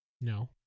No